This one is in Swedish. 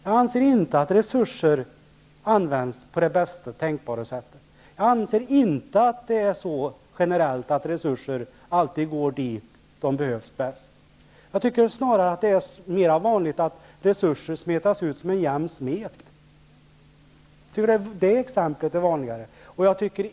Jag anser inte att resurser används på bästa tänkbara sätt. Jag anser inte att det generellt är så att resurser alltid går dit där de behövs bäst. Jag tycker snarare att det är mer vanligt att resurser stryks ut som en jämn smet. Det exemplet är vanligare.